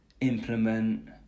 implement